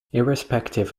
irrespective